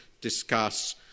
discuss